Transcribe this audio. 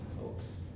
folks